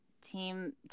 team